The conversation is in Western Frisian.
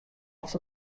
oft